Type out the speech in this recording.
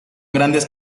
grandes